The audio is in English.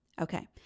Okay